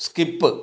skip